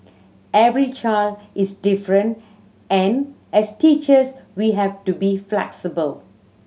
every child is different and as teachers we have to be flexible